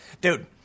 Dude